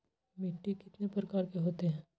मिट्टी कितने प्रकार के होते हैं?